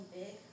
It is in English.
big